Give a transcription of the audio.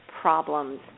problems